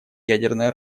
ядерное